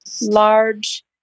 large